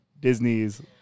Disney's